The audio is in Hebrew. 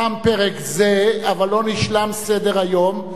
תם פרק זה, אבל לא נשלם סדר-היום.